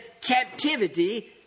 captivity